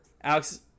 Alex